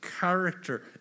character